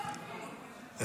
עוד תקנים לעוד רבנים.